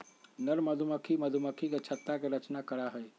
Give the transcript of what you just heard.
नर मधुमक्खी मधुमक्खी के छत्ता के रचना करा हई